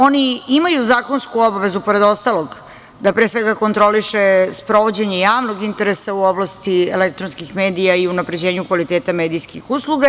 Oni imaju zakonsku obavezu, pored ostalog, da pre svega kontrolišu sprovođenje javnog interesa u oblasti elektronskih medija i unapređenju kvaliteta medijskih usluga.